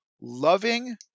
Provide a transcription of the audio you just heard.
loving